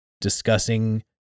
discussing